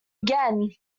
again